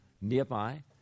nearby